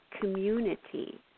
community